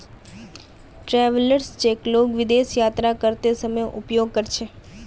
travellers cheque लोग विदेश यात्रा करते समय उपयोग कर छे